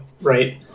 right